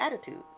attitude